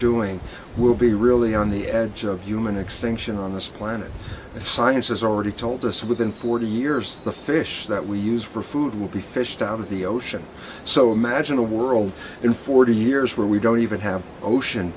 doing will be really on the edge of human extinction on this planet the science is already told to us within forty years the fish that we use for food will be fished down the ocean so imagine a world in forty years where we don't even have ocean